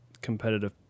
competitive